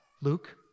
Luke